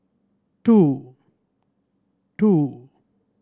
two